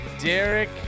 Derek